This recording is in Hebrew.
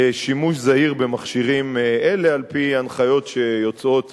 שימוש זהיר במכשירים אלה על-פי הנחיות שיוצאות